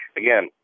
again